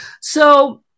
So-